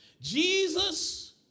Jesus